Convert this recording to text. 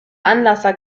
anlasser